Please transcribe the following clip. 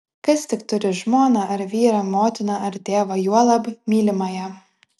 kas tik turi žmoną ar vyrą motiną ar tėvą juolab mylimąją